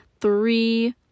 three